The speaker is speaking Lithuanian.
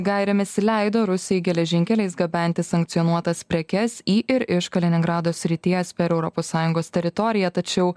gairėmis leido rusijai geležinkeliais gabenti sankcionuotas prekes į ir iš kaliningrado srities per europos sąjungos teritoriją tačiau